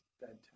bedtime